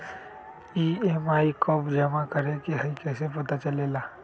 EMI कव जमा करेके हई कैसे पता चलेला?